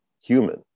human